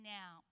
now